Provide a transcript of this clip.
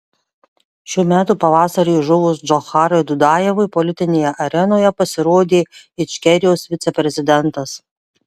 šių metų pavasarį žuvus džocharui dudajevui politinėje arenoje pasirodė ičkerijos viceprezidentas